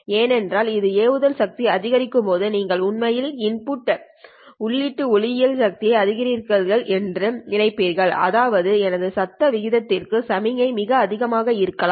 ஏனெனில் ஒரு ஏவுதல் சக்தி அதிகரிக்கும் போது நீங்கள் உண்மையில் இன்புட் உள்ளீட்டு ஒளியியல் சக்தி அதிகரிக்கிறேன் என்று நினைப்பீர்கள் அதாவது எனது சத்தம் விகிதத்திற்கு சமிக்ஞை மிக அதிகமாக இருக்கலாம்